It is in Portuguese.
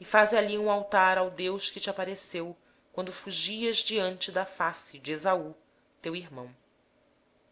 e faze ali um altar ao deus que te apareceu quando fugias da face de esaú teu irmão